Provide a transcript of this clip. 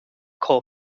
coal